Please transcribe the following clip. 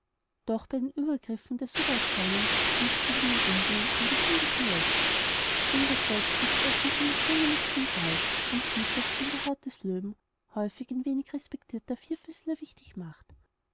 doch bei den übergriffen der subalternen mischt sich in den unwillen ein gesundes gelächter denn der volkswitz erkennt die mißlungene kopie bald und sieht daß sich in der haut des löwen häufig ein weniger respektierter vierfüßler wichtig macht